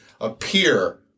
appear